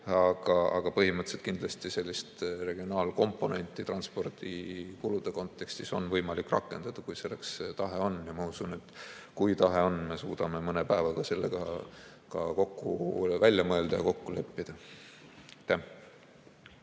Aga põhimõtteliselt kindlasti sellist regionaalkomponenti transpordikulude kontekstis on võimalik rakendada, kui selleks tahe on. Ma usun, kui tahe on, siis me suudame mõne päevaga selle välja mõelda ja kokku leppida.